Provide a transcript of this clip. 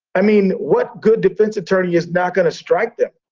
i mean, what good defense attorney is not gonna strike them.